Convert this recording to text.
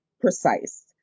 precise